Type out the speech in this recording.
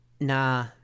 nah